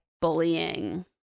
bullying